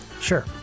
Sure